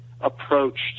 approached